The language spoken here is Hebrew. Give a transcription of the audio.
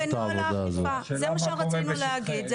יש תיאום בנוהל האכיפה, זה מה שרצינו להגיד.